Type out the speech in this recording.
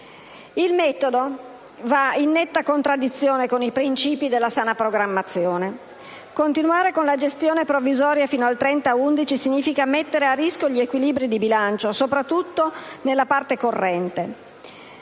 Il metodo va in netta contraddizione con i principi della sana programmazione. Continuare con la gestione provvisoria fino al 30 novembre significa mettere a rischio gli equilibri di bilancio, soprattutto nella parte corrente.